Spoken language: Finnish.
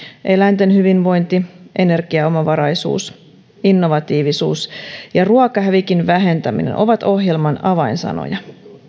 eläinten hyvinvointi energiaomavaraisuus innovatiivisuus ja ruokahävikin vähentäminen ovat ohjelman avainsanoja